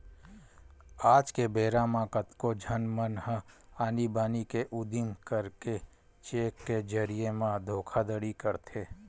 आज के बेरा म कतको झन मन ह आनी बानी के उदिम करके चेक के जरिए म धोखाघड़ी करथे